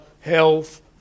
health